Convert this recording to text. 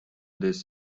this